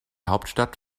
hauptstadt